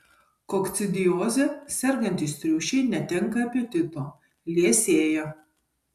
kokcidioze sergantys triušiai netenka apetito liesėja